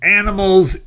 animals